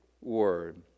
Word